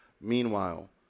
meanwhile